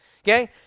Okay